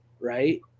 right